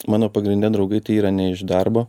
mano pagrinde draugai tai yra ne iš darbo